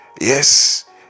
yes